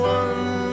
one